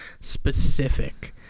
specific